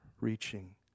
reaching